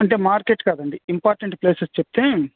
అంటే మార్కెట్ కాదండి important places చెబితే